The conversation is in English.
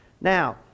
Now